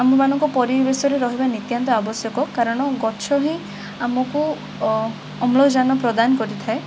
ଆମ ମାନଙ୍କ ପରିବେଶରେ ରହିବା ନିତ୍ୟାନ୍ତ ଆବଶ୍ୟକ କାରଣ ଗଛ ହିଁ ଆମକୁ ଅ ଅମ୍ଳଜାନ ପ୍ରଦାନ କରିଥାଏ